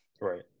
Right